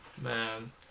Man